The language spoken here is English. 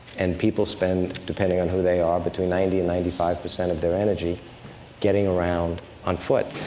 and people spend, depending on who they are, between ninety and ninety five percent of their energy getting around on foot.